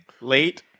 late